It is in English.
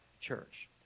church